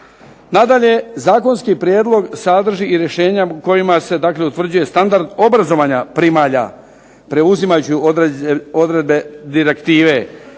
Nadalje, zakonski prijedlog sadrži i rješenja kojima se dakle utvrđuje standard obrazovanja primalja preuzimajući odredbe direktive